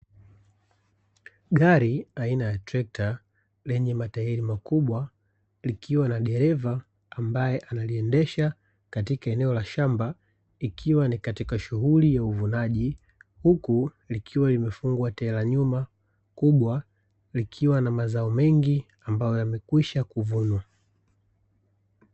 Gari aina ya trekta lenye matairi makubwa likiwa na dereva ambaye analiendesha katika eneo la shamba ikiwa ni katika shughuli ya uvunaji; huku likiwa limefungwa tela nyuma kubwa likiwa na mazao mengi ambayo yamekwisha kuvunwa.